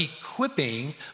equipping